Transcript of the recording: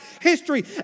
history